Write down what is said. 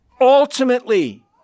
Ultimately